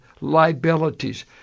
liabilities